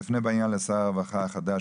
אפנה בעניין לשר הרווחה החדש,